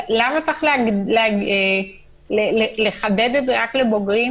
למה צריך לחדד את זה רק לבוגרים